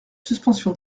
suspension